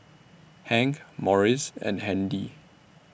Hank Maurice and Handy